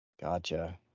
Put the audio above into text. gotcha